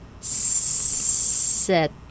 set